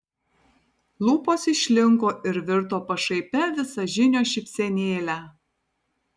lūpos išlinko ir virto pašaipia visažinio šypsenėle